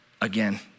again